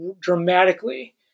dramatically